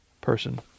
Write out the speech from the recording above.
Person